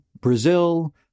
Brazil